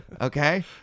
Okay